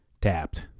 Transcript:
tapped